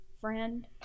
friend